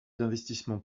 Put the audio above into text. d’investissements